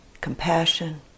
compassion